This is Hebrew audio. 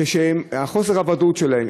עם חוסר הוודאות שלהן,